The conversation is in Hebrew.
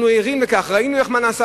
אנחנו ערים לכך, ראינו מה נעשה